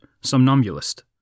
somnambulist